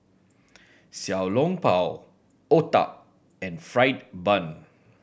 Xiao Long Bao otah and fried bun